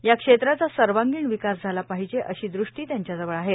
या क्षेत्राचा सर्वांगीण विकास झाला पाहिजे अशी दृष्टी त्यांच्याजवळ आहे